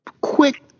quick